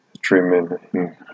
treatment